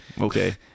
okay